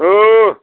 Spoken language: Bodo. औ